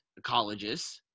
ecologists